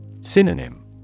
Synonym